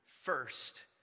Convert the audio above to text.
first